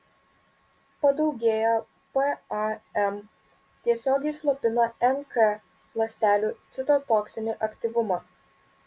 padaugėję pam tiesiogiai slopina nk ląstelių citotoksinį aktyvumą